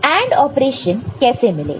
AND operation कैसे मिलेगा